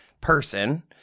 person